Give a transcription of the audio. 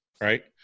right